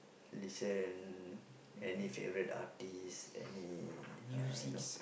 listen any favourite artist any you know